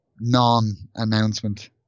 non-announcement